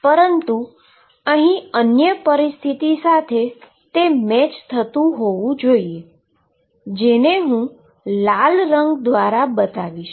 પરંતુ તે અન્ય પરિસ્થિતિ સાથે મેચ થતુ હોવુ જોઈએ જે હું લાલ રંગ દ્વારા અહી બતાવીશ